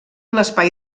l’espai